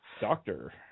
Doctor